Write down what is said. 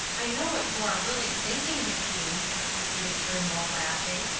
i know what you are really thinking, macian, repeated turnbull, laughing.